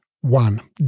One